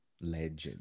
Legend